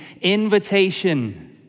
invitation